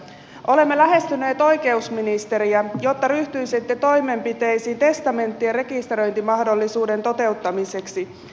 olemme lähestyneet oikeusministeriä jotta ryhtyisitte toimenpiteisiin testamenttien rekisteröintimahdollisuuden toteuttamiseksi